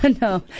No